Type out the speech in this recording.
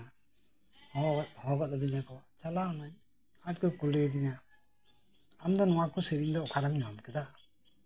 ᱦᱚᱦᱚ ᱜᱚᱫ ᱟᱹᱫᱤᱧ ᱟᱠᱚ ᱪᱟᱞᱟᱣᱱᱟᱧ ᱟᱫᱚ ᱠᱚ ᱠᱩᱞᱤᱭᱮᱫᱤᱧᱟ ᱟᱢ ᱫᱚ ᱱᱚᱣᱟ ᱠᱚ ᱥᱮᱨᱮᱧ ᱫᱚ ᱚᱠᱟᱨᱮᱢ ᱧᱟᱢ ᱠᱮᱫᱟ